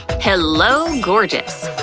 hello, gorgeous!